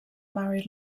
married